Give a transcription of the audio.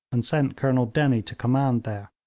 and sent colonel dennie to command there.